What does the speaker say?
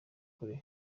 kure